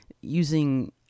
using